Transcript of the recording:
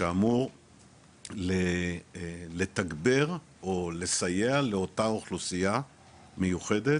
שאמור לתגבר או לסייע לאותה אוכלוסייה מיוחדת